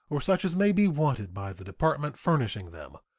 or such as may be wanted by the department furnishing them,